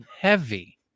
heavy